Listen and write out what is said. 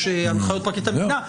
יש הנחיות פרקליט המדינה.